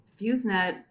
Fusenet